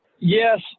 Yes